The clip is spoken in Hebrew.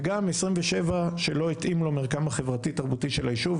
וגם 27 שלא התאים לו המרקם החברתי-תרבותי של היישוב,